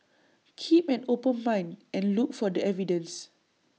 keep an open mind and look for the evidence